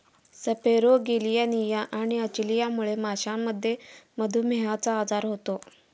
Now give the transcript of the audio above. सेपेरोगेलियानिया आणि अचलियामुळे माशांमध्ये मधुमेहचा आजार होतो